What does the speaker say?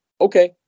Okay